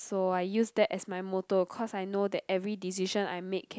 so I use that as my motto because I know that every decision I make can